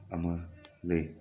ꯑꯃ ꯂꯩ